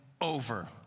over